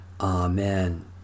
Amen